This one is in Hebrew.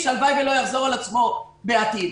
שהלוואי ולא יחזור על עצמו בעתיד.